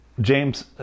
James